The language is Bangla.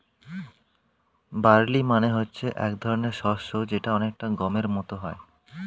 বার্লি মানে হচ্ছে এক ধরনের শস্য যেটা অনেকটা গমের মত হয়